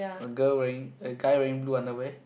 a girl wearing a guy wearing blue underwear